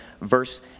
verse